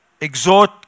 exhort